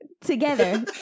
together